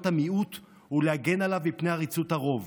המיעוט ולהגן עליו מפני עריצות הרוב,